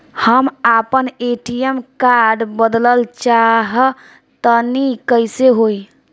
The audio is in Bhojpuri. हम आपन ए.टी.एम कार्ड बदलल चाह तनि कइसे होई?